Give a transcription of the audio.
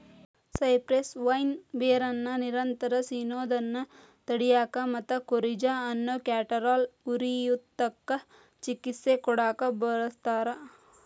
cypress vine ಬೇರನ್ನ ನಿರಂತರ ಸಿನೋದನ್ನ ತಡ್ಯಾಕ ಮತ್ತ ಕೋರಿಜಾ ಅನ್ನೋ ಕ್ಯಾಟರಾಲ್ ಉರಿಯೂತಕ್ಕ ಚಿಕಿತ್ಸೆ ಕೊಡಾಕ ಬಳಸ್ತಾರ